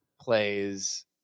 plays